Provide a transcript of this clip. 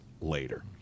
later